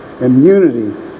immunity